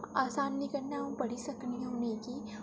असानी कन्नै अ'ऊं पढ़ी सकनी आं उ'नेंगी